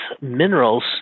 minerals